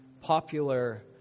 popular